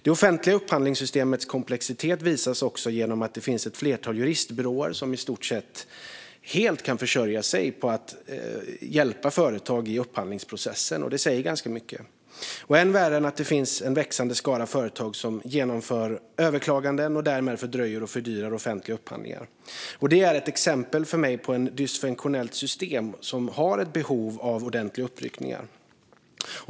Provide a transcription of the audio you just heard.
Det offentliga upphandlingssystemets komplexitet visas också genom att det finns ett flertal juristbyråer som i stort sett helt kan försörja sig på att hjälpa företag i upphandlingsprocessen. Det säger ganska mycket. Ännu värre är att det finns en växande skara företag som genomför överklaganden och därmed fördröjer och fördyrar offentliga upphandlingar. Detta är för mig exempel på ett dysfunktionellt system i behov av ordentliga uppryckningar.